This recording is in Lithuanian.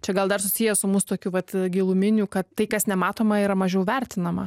čia gal dar susiję su mūsų tokių vat giluminiu kad tai kas nematoma yra mažiau vertinama